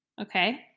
Okay